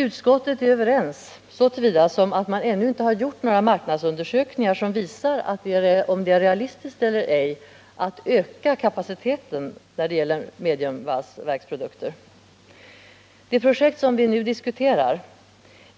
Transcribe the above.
Utskottet är överens så till vida att det ännu inte gjorts några marknadsundersökningar som visar om det är realistiskt eller ej att öka produktionskapaciteten när det gäller mediumvalsverksprodukter. Det projekt som diskuteras